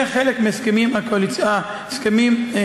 זה חלק מההסכמים, הקואליציוניים.